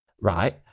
right